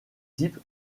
type